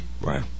Right